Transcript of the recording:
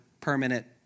permanent